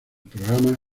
programa